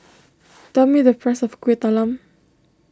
tell me the price of Kuih Talam